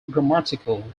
grammatical